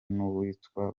n’uwitwa